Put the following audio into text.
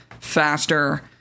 faster